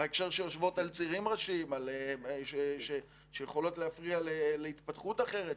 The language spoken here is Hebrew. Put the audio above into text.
בהקשר שיושבות על צירים ראשים שיכולות להפריע להתפתחות אחרת,